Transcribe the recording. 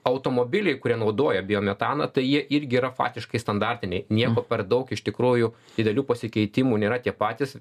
automobiliai kurie naudoja biometaną tai jie irgi yra faktiškai standartiniai nieko per daug iš tikrųjų didelių pasikeitimų nėra tie patys